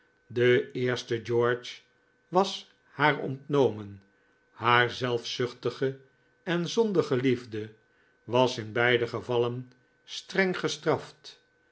de eerste george was haar ontnomen haar zelfzuchtige en zondige liefde was in beide gevallen streng gestraft